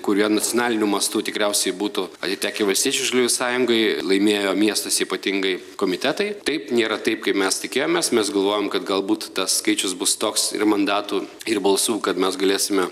kurie nacionaliniu mastu tikriausiai būtų atitekę valstiečių žaliųjų sąjungai laimėjo miestas ypatingai komitetai taip nėra taip kaip mes tikėjomės mes galvojom kad galbūt tas skaičius bus toks ir mandatų ir balsų kad mes galėsime